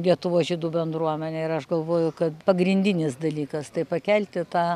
lietuvos žydų bendruomenė ir aš galvoju kad pagrindinis dalykas tai pakelti tą